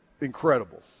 incredible